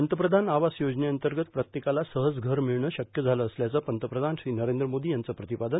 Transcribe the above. पंतप्रधान आवास योजनेअंतर्गत प्रत्येकाला सहज घर मिळणं शक्य झालं असल्याचं पंतप्रधान श्री नरेंद्र मोदी यांचं प्रतिपादन